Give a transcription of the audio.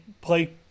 play